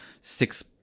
six